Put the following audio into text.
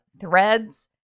threads